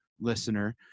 listener